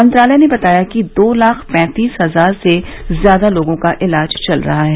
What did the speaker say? मंत्रालय ने बताया कि दो लाख पैंतीस हजार से ज्यादा लोगों का इलाज चल रहा है